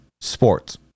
sports